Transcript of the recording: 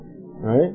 right